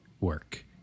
work